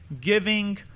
giving